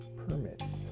permits